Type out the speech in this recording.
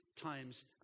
times